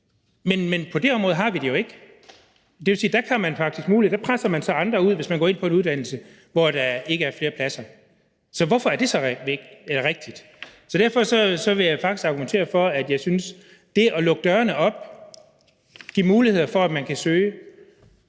men på det område har vi det jo ikke. Det vil sige, at der presser man så andre ud, hvis man går ind på en uddannelse, hvor der ikke er yderligere pladser. Hvorfor er det så rigtigt? Derfor vil jeg faktisk argumentere for, at det at lukke dørene op og give mulighed for, at man kan søge,